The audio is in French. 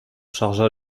chargea